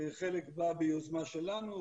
חלק בא ביוזמה שלנו,